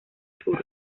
sur